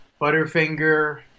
Butterfinger